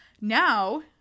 Now